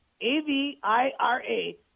A-V-I-R-A